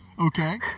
Okay